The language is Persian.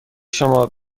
شما